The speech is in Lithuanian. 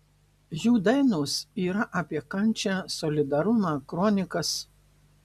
jų dainos yra apie kančią solidarumą kronikas